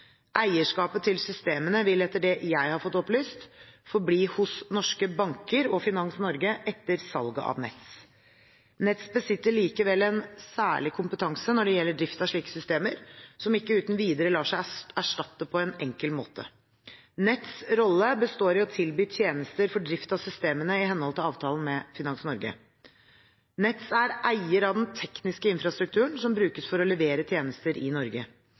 Eierskapet til systemene vil etter det jeg har fått opplyst, forbli hos norske banker og Finans Norge etter salget av Nets. Nets besitter likevel en særlig kompetanse når det gjelder drift av slike systemer, som ikke uten videre lar seg erstatte på en enkel måte. Nets’ rolle består i å tilby tjenester for drift av systemene i henhold til avtalen med Finans Norge. Nets er eier av den tekniske infrastrukturen som brukes for å levere tjenester i Norge. Finanstilsynet har derfor henvendt seg til norske banker og Finans Norge